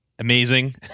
amazing